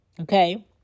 Okay